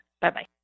Bye-bye